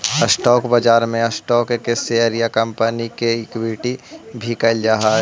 stock बाजार में stock के शेयर या कंपनी के इक्विटी भी कहल जा हइ